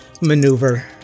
maneuver